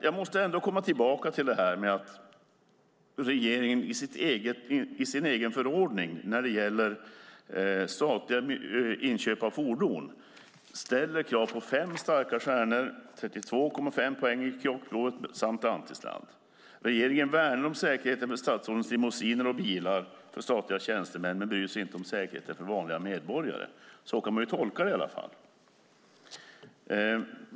Jag måste ändå komma tillbaka till att regeringen i sin egen förordning när det gäller statliga inköp av fordon ställer krav på fem starka stjärnor, 32,5 poäng i krocktest samt antisladd. Regeringen värnar om säkerheten för statsrådens limousiner och bilar för statliga tjänstemän, men bryr sig inte om säkerheten för vanliga medborgare. Så kan man i alla fall tolka det.